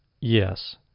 Yes